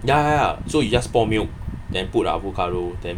ya ya ya so you just pour milk then put avocado then